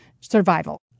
survival